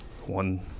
One